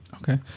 Okay